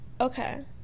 Okay